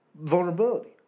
vulnerability